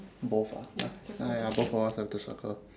both ah ya ya ya both of us have to circle